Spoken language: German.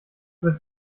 wird